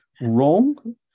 wrong